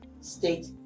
State